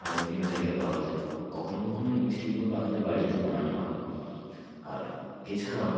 বা বিভিন্ন জায়গায় পাওয়া যায় কখনও কখনও এই মিষ্টিগুলো বা আমাদের বাড়িতেও বানানো হয় আর এছাড়াও